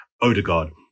Odegaard